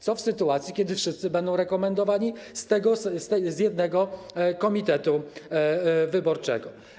Co w sytuacji gdy wszyscy będą rekomendowani z jednego komitetu wyborczego?